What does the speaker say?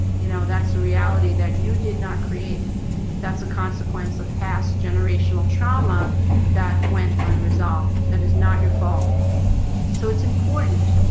you know, that's the reality that you did not create that's a consequence of past generational trauma that went unresolved. that is not your fault so it's important,